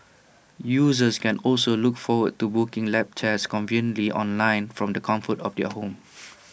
users can also look forward to booking lab tests conveniently online from the comfort of their home